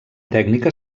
tècnica